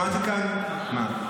שמעתי כאן, מה?